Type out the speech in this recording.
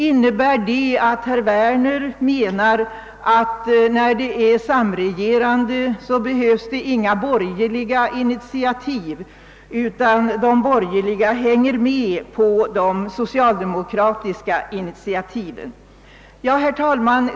Innebär detta att herr Werner menar att det inte behövs några borgerliga initiativ vid en samregering utan att de borger liga hänger med på de socialdemokratiska initiativen? Herr talman!